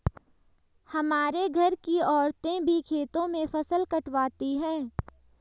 हमारे घर की औरतें भी खेतों में फसल कटवाती हैं